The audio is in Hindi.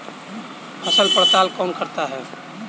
फसल पड़ताल कौन करता है?